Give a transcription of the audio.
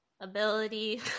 ability